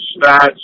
stats